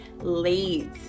late